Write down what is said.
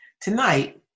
Tonight